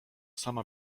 sama